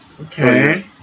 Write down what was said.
okay